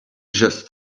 just